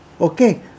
Okay